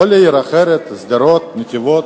או לעיר אחרת, שדרות, נתיבות.